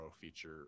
feature